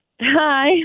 Hi